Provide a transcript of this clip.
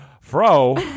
fro